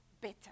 better